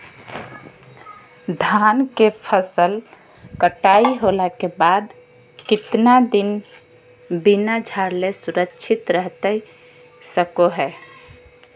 धान के फसल कटाई होला के बाद कितना दिन बिना झाड़ले सुरक्षित रहतई सको हय?